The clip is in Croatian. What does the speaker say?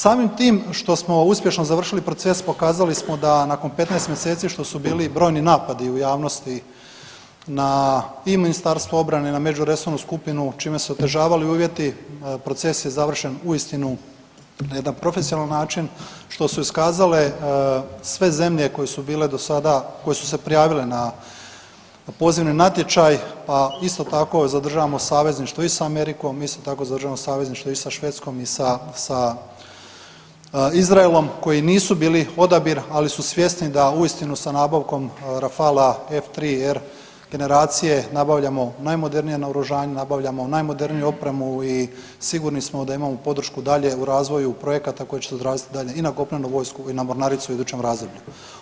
Samim tim što smo uspješno završili proces pokazali smo da nakon 15 mjeseci što su bili brojni napadi u javnosti na i Ministarstvo obrane i na međuresornu skupinu čime su se otežavali uvjeti proces je završen uistinu na jedan profesionalan način što su iskazale sve zemlje koje su bile do sada koje su se prijavile na pozivni natječaj a isto tako zadržavamo savezništvo i sa Amerikom isto tako zadržavamo savezništvo i sa Švedskom i sa, sa Izraelom koji nisu bili odabir, ali su svjesni da uistinu sa nabavkom rafala F-3R generacije nabavljamo najmodernije naoružanje, nabavljamo najmoderniju opremu i sigurni smo da imamo podršku dalje u razvoju projekta koji će odraziti dalje i na kopnenu vojsku i na mornaricu u idućem razdoblju.